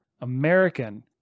American